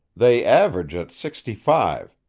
they average at sixty-five.